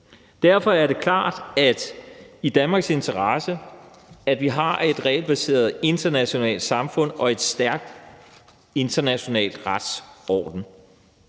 Derfor er det klart i Danmarks interesse, at vi har et regelbaseret internationalt samfund og en stærk international retsorden.